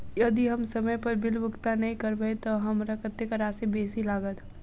यदि हम समय पर बिल भुगतान नै करबै तऽ हमरा कत्तेक राशि बेसी लागत?